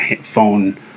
phone